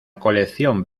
colección